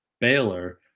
Baylor